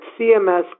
CMS